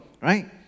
right